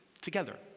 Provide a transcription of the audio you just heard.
together